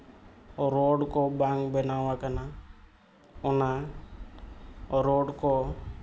road ᱠᱚ ᱵᱟᱝ ᱵᱮᱱᱟᱣ ᱟᱠᱟᱱᱟ ᱚᱱᱟ ᱨᱳᱰ ᱠᱚ